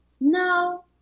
No